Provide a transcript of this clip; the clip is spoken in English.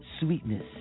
Sweetness